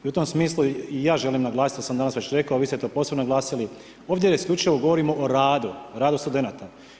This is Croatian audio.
I u tim smislu i ja želim naglasiti što sam danas već rekao, a vi ste to posebno naglasili, ovdje isključivo govorimo o radu, o radu studenata.